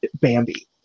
Bambi